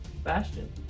Bastion